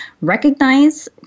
recognize